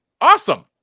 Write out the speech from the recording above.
awesome